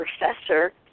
professor